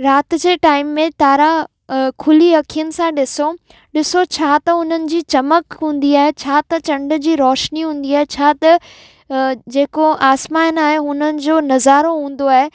राति जे टाईम में तारा खुली अखियुनि सां ॾिसो ॾिसो छा त उन्हनि जी चमक हूंदी आहे छा त चंड जी रोशनी हूंदी आहे छा त जेको आसमान आहे उन्हनि जो नज़ारो हूंदो आहे